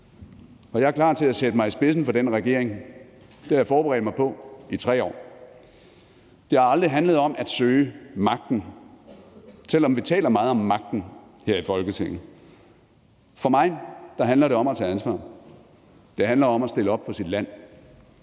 Jeg er klar til at sætte mig i spidsen for den regering. Det har jeg forberedt mig på i 3 år. Det har aldrig handlet om at søge magten, selv om vi taler meget om magten her i Folketinget. For mig handler det om at tage ansvar. Det handler om at stille op for sit land.